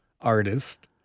artist